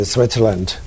Switzerland